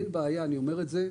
אין בעיה אני אומר את זה.